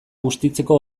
bustitzeko